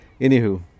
Anywho